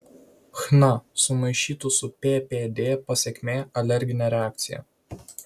chna sumaišytų su ppd pasekmė alerginė reakcija